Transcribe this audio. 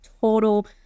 total